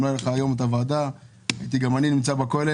אם לא הייתה היום ישיבת הוועדה הייתי גם אני נמצא בכולל.